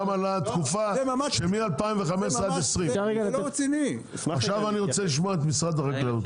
גם על התקופה שמ-2015 עד 2020. עכשיו אני רוצה לשמוע את משרד החקלאות.